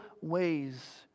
ways